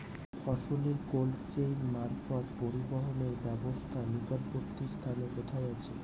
ফসলের cold chain মারফত পরিবহনের ব্যাবস্থা নিকটবর্তী স্থানে কোথায় আছে?